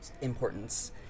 importance